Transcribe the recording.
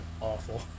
awful